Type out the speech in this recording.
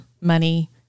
money